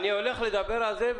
מוטי, אני הולך לדבר על זה.